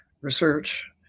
research